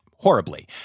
horribly